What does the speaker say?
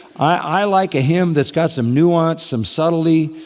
i like a hymn that's got some nuance, some subtlety,